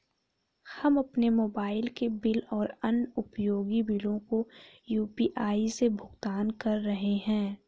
हम अपने मोबाइल के बिल और अन्य उपयोगी बिलों को यू.पी.आई से भुगतान कर रहे हैं